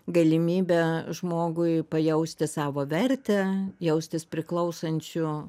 galimybę žmogui pajausti savo vertę jaustis priklausančiu